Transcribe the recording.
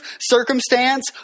circumstance